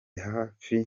hafi